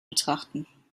betrachten